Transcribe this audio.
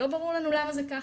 לא ברור לנו למה זה ככה?